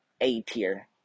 A-tier